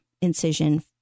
incision